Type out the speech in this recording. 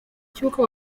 cy’uko